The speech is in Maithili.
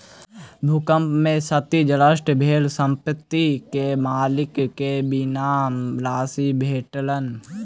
भूकंप में क्षतिग्रस्त भेल संपत्ति के मालिक के बीमा राशि भेटलैन